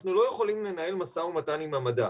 אנחנו לא יכולים לנהל משא ומתן עם המדע.